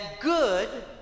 good